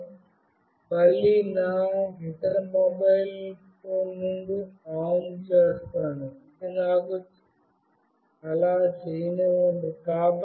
నేను మళ్ళీ నా ఇతర మొబైల్ నుండి ఆఫ్ చేస్తాను ఇది నాకు అలా చేయనివ్వండి